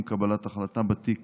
עם קבלת החלטה בתיק